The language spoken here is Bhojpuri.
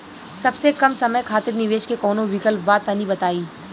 सबसे कम समय खातिर निवेश के कौनो विकल्प बा त तनि बताई?